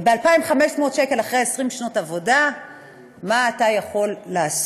וב-2,500 שקל אחרי 20 שנות עבודה מה אתה יכול לעשות?